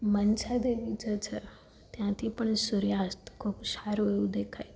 મનછાદેવી જે છે ત્યાંથી પણ સૂર્યાસ્ત ખૂબ સારું એવું દેખાય છે